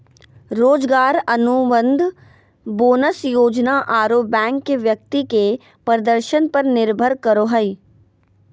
रोजगार अनुबंध, बोनस योजना आरो बैंक के व्यक्ति के प्रदर्शन पर निर्भर करो हइ